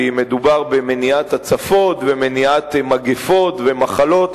כי מדובר במניעת הצפות ומניעת מגפות ומחלות.